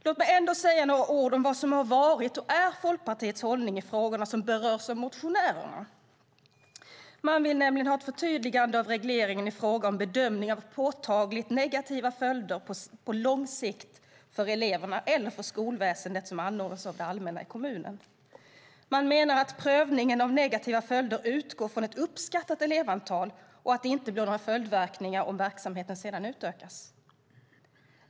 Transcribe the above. Låt mig också säga några ord om vad som har varit och är Folkpartiets hållning i de frågor som berörs av motionärerna. Man vill ha ett förtydligande av regleringen i fråga om bedömning av påtagligt negativa följder på lång sikt för eleverna eller för skolväsendet som anordnas av det allmänna i kommunen. Man menar att prövningen av negativa följder utgår från ett uppskattat elevantal och att det inte blir några följdverkningar om verksamheten sedan utökas.